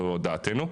זו דעתנו.